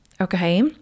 Okay